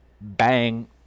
bang